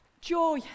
Joy